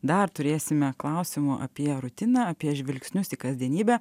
dar turėsime klausimų apie rutiną apie žvilgsnius į kasdienybę